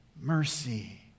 mercy